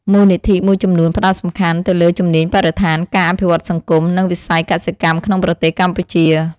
មូលនិធិមួយចំនួនផ្តោតសំខាន់ទៅលើជំនាញបរិស្ថាន ការអភិវឌ្ឍសង្គម និងវិស័យកសិកម្មក្នុងប្រទេសកម្ពុជា។